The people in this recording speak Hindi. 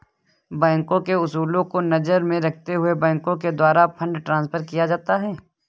बैंकों के उसूलों को नजर में रखते हुए बैंकों के द्वारा फंड ट्रांस्फर किया जाता है